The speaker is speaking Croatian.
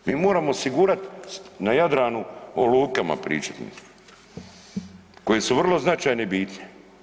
Mi moramo osigurat na Jadranu o lukama pričat koje su vrlo značajne i bitne.